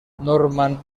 norman